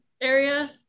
area